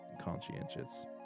conscientious